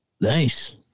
Nice